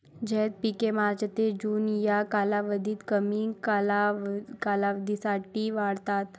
झैद पिके मार्च ते जून या कालावधीत कमी कालावधीसाठी वाढतात